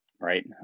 Right